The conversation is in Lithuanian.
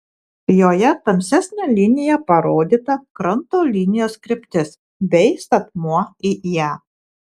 joje tamsesne linija parodyta kranto linijos kryptis bei statmuo į ją